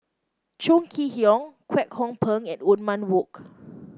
Chong Kee Hiong Kwek Hong Png and Othman Wok